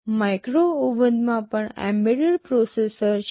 micro ઓવનમાં પણ embedded processor છે